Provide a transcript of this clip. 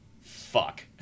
fuck